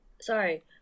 sorry